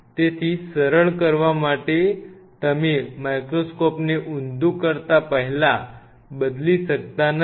તેથી સરળ કરવા માટે તમે માઇક્રોસ્કોપને ઉંધુ કરતા પહેલા બદલી શકતા નથી